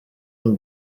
hon